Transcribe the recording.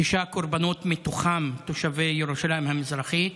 שישה קורבנות מתוכם הם תושבי ירושלים המזרחית.